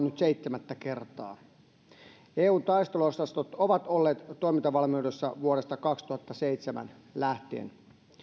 nyt seitsemättä kertaa eun taisteluosastot ovat olleet toimintavalmiudessa vuodesta kaksituhattaseitsemän lähtien